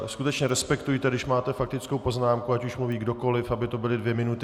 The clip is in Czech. Skutečně respektujte, když máte faktickou poznámku, ať už mluví kdokoli, aby to byly dvě minuty.